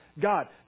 God